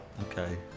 Okay